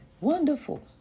wonderful